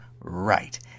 right